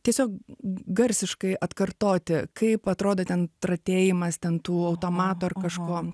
tiesiog garsiškai atkartoti kaip atrodo ten tratėjimas ten tų automatų ar kažko